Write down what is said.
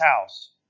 house